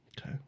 Okay